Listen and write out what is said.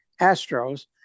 Astros